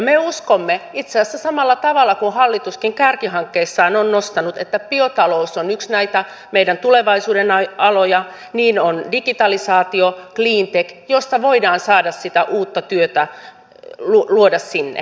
me uskomme itse asiassa samalla tavalla kuin hallituskin kärkihankkeissaan on nostanut että biotalous on yksi näitä meidän tulevaisuuden aloja niin kuin ovat digitalisaatio cleantech joista voidaan saada sitä uutta työtä luotua sinne